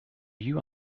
you